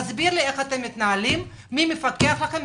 תסביר לי איך אתם מתנהלים, מי מפקח עליכם?